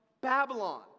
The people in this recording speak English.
Babylon